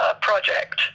project